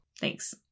Thanks